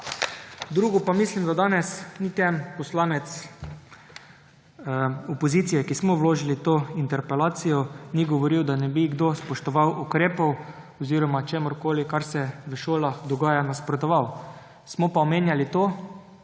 Drugo pa mislim, da danes niti en poslanec opozicije, ki smo vložili to interpelacijo, ni govoril, da ne bi kdo spoštoval ukrepov oziroma čemurkoli, kar se v šolah dogaja, nasprotoval. Smo pa omenjali to,